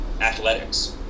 athletics